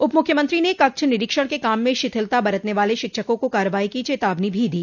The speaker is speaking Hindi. उप मुख्यमंत्री ने कक्ष निरीक्षण के काम में शिथिलता बरतने वाले शिक्षकों को कार्रवाई की चेतावनी भी दी